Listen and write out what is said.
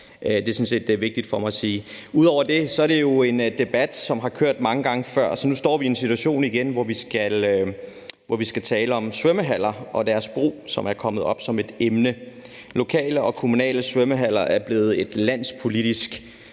set vigtigt for mig at sige. Ud over det er det jo en debat, som har kørt mange gange før. Så nu står vi i en situation igen, hvor vi skal tale om svømmehaller og deres brug, som er kommet op som et emne. Lokale og kommunale svømmehaller er blevet et landspolitisk